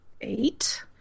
eight